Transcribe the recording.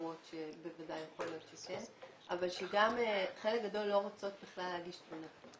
חלק גדול לא רוצות בכלל להגיש תלונה.